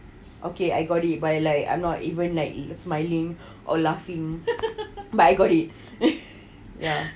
okay I got it by like I'm not even like smiling or laughing but I got it ya